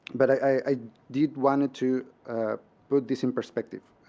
but i did want to put this in perspective.